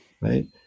right